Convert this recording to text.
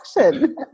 action